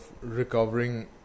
recovering